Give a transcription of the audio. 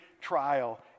trial